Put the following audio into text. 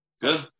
Good